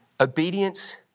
Obedience